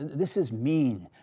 this is mean.